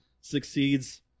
succeeds